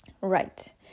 right